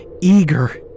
eager